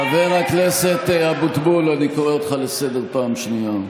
חבר הכנסת אבוטבול, אני קורא אותך לסדר פעם שנייה.